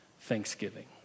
Thanksgiving